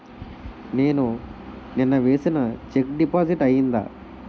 నేను నిన్న వేసిన చెక్ డిపాజిట్ అయిందా?